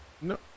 No